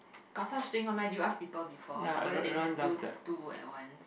got such thing one meh do you ask people before like whether they can do two at one